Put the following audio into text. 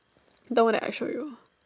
the one that I showed you